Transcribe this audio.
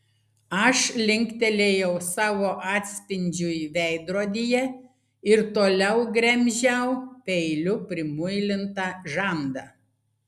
aš linktelėjau savo atspindžiui veidrodyje ir toliau gremžiau peiliu primuilintą žandą